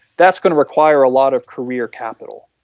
that's going to require a lot of career capital.